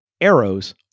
arrows